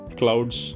clouds